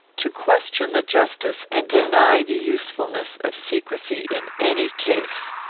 to question the justice and deny the usefulness of secrecy in any case.